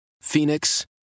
Phoenix